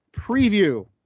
preview